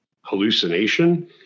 hallucination